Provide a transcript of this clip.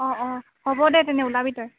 অ অ হ'ব দে তেনে ওলাবি তই